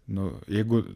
nu jeigu